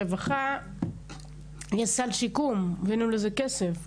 ברווחה יש סל שיקום, והבאנו לזה כסף.